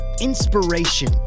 inspiration